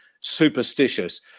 superstitious